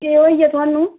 केह् होई गेआ थुहानू